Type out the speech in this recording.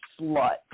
slut